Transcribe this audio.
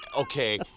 Okay